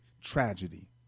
tragedy